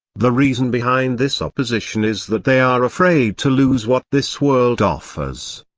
the reason behind this opposition is that they are afraid to lose what this world offers.